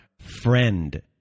friend